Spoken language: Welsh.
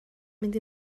mynd